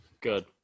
Good